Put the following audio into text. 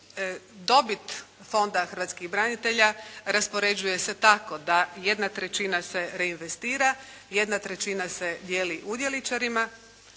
dobit Fonda hrvatskih branitelja raspoređuje se tako da jedna trećina se reinvestira, jedna trećina se dijeli udjeličarima,